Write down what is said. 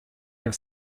have